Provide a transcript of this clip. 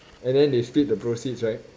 and then they split the proceeds right